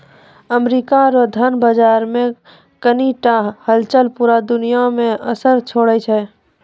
America रो धन बाजार मे कनी टा हलचल पूरा दुनिया मे असर छोड़ै छै